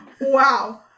wow